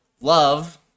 love